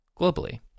globally